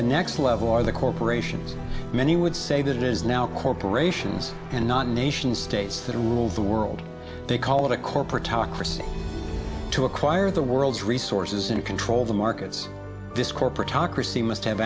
the next level or the corporations many would say that it is now corporations and not nation states that rule the world they call it a corporatocracy to acquire the world's resources and control the markets this corporatocracy must have